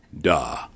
da